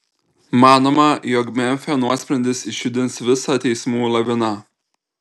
manoma jog memfio nuosprendis išjudins visą teismų laviną